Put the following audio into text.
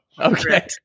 okay